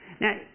Now